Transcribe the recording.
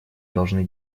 должны